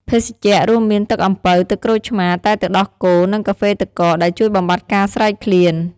ភេសជ្ជៈ រួមមាន ទឹកអំពៅ ទឹកក្រូចឆ្មារ តែទឹកដោះគោ និងកាហ្វេទឹកកក ដែលជួយបំបាត់ការស្រេកឃ្លាន។